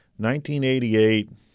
1988